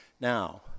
now